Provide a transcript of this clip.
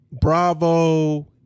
bravo